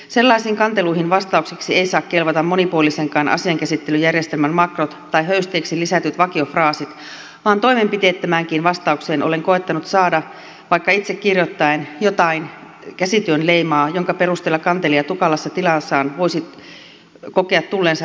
sellaisiin kanteluihin vastaukseksi ei saa kelvata monipuolisenkaan asiankäsittelyjärjestelmän makrot tai höysteeksi lisätyt vakiofraasit vaan toimenpiteettömäänkin vastaukseen olen koettanut saada vaikka itse kirjoittaen jotain käsityön leimaa jonka perusteella kantelija tukalassa tilassaan voisi kokea tulleensa ihmisenä kuulluksi